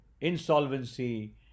insolvency